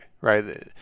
right